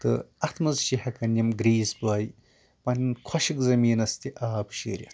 تہٕ اَتھ منٛز چھِ ہٮ۪کان یِم گریٖسۍ بٲے پَنٕنۍ خۄشِک زٔمیٖنَس تہِ آب شیٖرِتھ